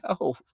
no